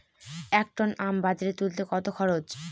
এক টন আম বাজারে তুলতে কত খরচ?